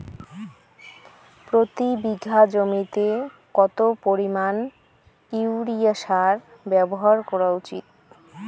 প্রতি বিঘা জমিতে কত পরিমাণ ইউরিয়া সার ব্যবহার করা উচিৎ?